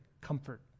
comfort